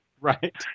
Right